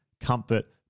comfort